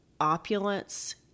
opulence